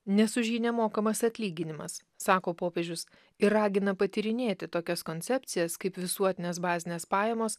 nes už jį nemokamas atlyginimas sako popiežius ir ragina patyrinėti tokias koncepcijas kaip visuotinės bazinės pajamos